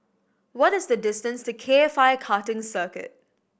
what is the distance to K F I Karting Circuit